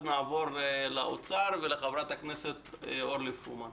נעבור לאוצר ולחברת הכנסת אורלי פרומן.